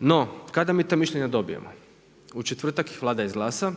No, kada mi ta mišljenja dobijemo? U četvrtak ih Vlada izglasa,